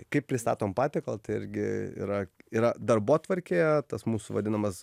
kaip pristatom patiekalą irgi yra yra darbotvarkėje tas mūsų vadinamas